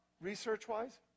research-wise